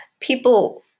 people